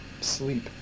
sleep